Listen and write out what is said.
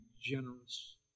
generous